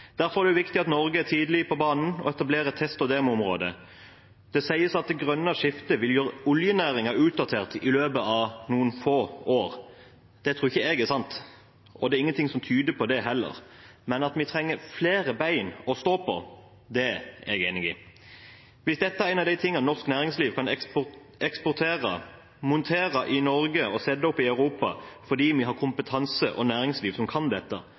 Derfor er det viktig at Norge er tidlig på banen og etablerer et test- og demoområde. Det sies at det grønne skiftet vil gjøre oljenæringen utdatert i løpet av noen få år. Det tror ikke jeg er sant, og det er heller ingenting som tyder på det. Men at vi trenger flere bein å stå på, er jeg enig i. Hvis dette er en av de tingene norsk næringsliv kan eksportere – montere i Norge og sette opp i Europa – fordi vi har kompetanse og næringsliv som kan